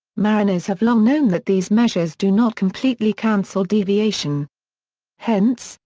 mariners have long known that these measures do not completely cancel deviation hence,